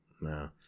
no